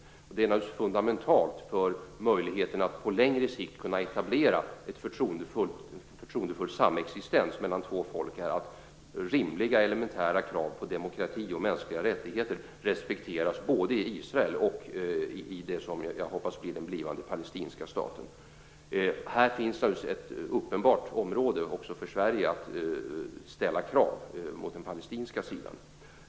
Det är naturligtvis fundamentalt för möjligheten att på längre sikt kunna etablera en förtroendefull samexistens mellan två folk att rimliga elementära krav på demokrati och mänskliga rättigheter respekteras både i Israel och det jag hoppas blir en palestinsk stat. Här finns uppenbarligen ett område också för Sverige att ställa krav på den palestinska sidan.